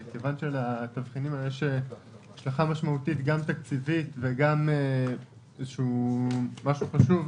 כיוון שלתבחינים הללו יש השלכה משמעותית גם תקציבית וגם משהו חשוב,